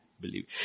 believe